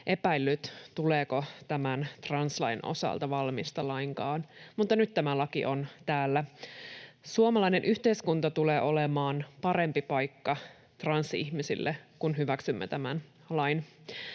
epäillyt, tuleeko tämän translain osalta valmista lainkaan, mutta nyt tämä laki on täällä. Suomalainen yhteiskunta tulee olemaan parempi paikka transihmisille, kun hyväksymme tämän lain.